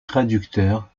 traducteur